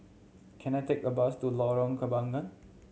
can I take a bus to Lorong Kembagan